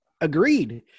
Agreed